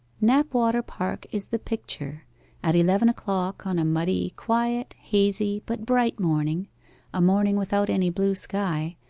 knapwater park is the picture at eleven o'clock on a muddy, quiet, hazy, but bright morning a morning without any blue sky,